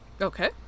Okay